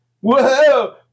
whoa